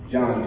John